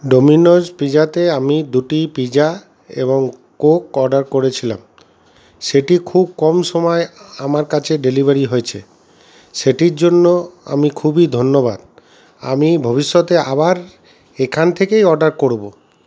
Domino's পিজাতে আমি দুটি পিজা এবং কোক অর্ডার করেছিলাম সেটি খুব কম সময়ে আমার কাছে ডেলিভারি হয়েছে সেটির জন্য আমি খুবই ধন্য আমি ভবিষ্যতে আবার এখান থেকেই অর্ডার করবো